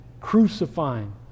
crucifying